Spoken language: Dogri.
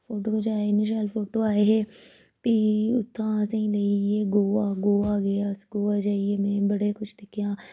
फोटो खचाए इन्ने शैल फोटो आए हे फ्ही उत्थां असें लेइयै गोवा गोवा गे अस गोवा जाइयै मै बड़ा कुछ दिक्खेआ